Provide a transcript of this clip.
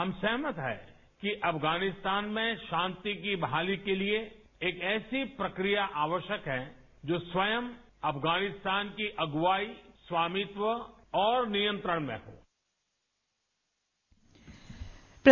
हम सहमत हैं कि अफगानिस्तान में शांति की बहाली के लिए एक ऐसी प्रकिया आवश्यक है जो स्वयं अफगानिस्तान की अगुवाई स्वामित्व और नियंत्रण में है